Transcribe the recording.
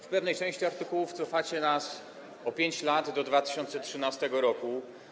W pewnej części artykułów cofacie nas o 5 lat - do 2013 r.